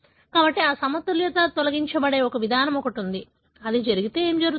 కాబట్టి ఈ అసమతుల్యత తొలగించబడే ఒక విధానం ఉంది కానీ అది జరిగితే ఏమి జరుగుతుంది